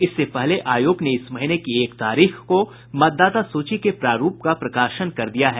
इससे पहले आयोग ने इस महीने की एक तारीख को मतदाता सूची के प्रारूप का प्रकाशन कर दिया है